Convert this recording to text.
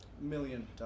Million